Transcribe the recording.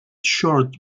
short